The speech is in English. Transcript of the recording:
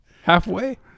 halfway